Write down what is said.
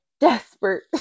desperate